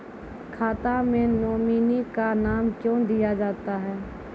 खाता मे नोमिनी का नाम क्यो दिया जाता हैं?